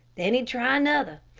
then he'd try another.